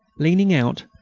leaning out,